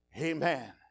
Amen